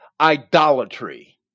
idolatry